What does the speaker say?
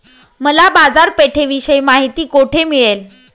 मला बाजारपेठेविषयी माहिती कोठे मिळेल?